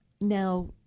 Now